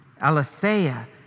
aletheia